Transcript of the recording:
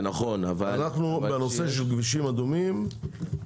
אנחנו מטפלים בנושא של כבישים אדומים,